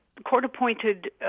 Court-appointed